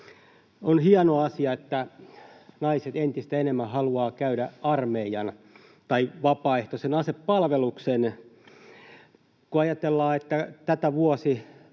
On hieno asia, että naiset entistä enemmän haluavat käydä armeijan eli vapaaehtoisen asepalveluksen. Kun ajatellaan, niin tämän